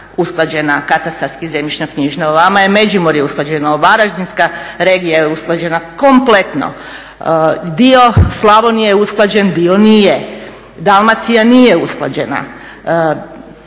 usklađena katastarski zemljišno-knjižno, vama je Međimurje usklađeno, Varaždinska regija je usklađena kompletno, dio Slavonije je usklađen, dio nije, Dalmacija nije usklađena,